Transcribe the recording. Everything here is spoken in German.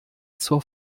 zur